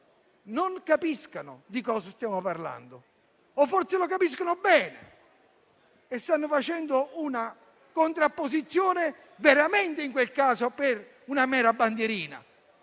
non capiscano di cosa stiamo parlando, o forse lo capiscono bene e stanno facendo una contrapposizione veramente in quel caso per una mera bandierina.